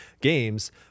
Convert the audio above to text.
games